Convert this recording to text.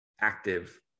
active